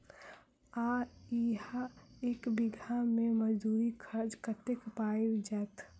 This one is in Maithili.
आ इहा एक बीघा मे मजदूरी खर्च कतेक पएर जेतय?